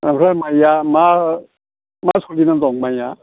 ओमफ्राय माइया मा मा सोलिनानै दं माइआ